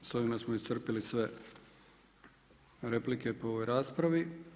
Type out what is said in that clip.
S ovime smo iscrpili sve replike po ovoj raspravi.